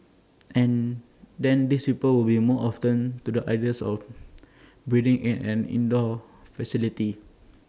and then these people will be more open to the ideas of breeding in an indoor facility